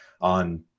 on